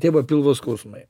tie va pilvo skausmai